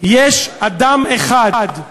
יש אדם אחד,